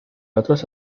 otros